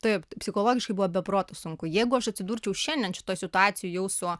taip psichologiškai buvo be proto sunku jeigu aš atsidurčiau šiandien šitoj situacijoj jau su